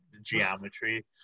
Geometry